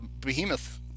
behemoth